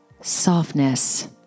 softness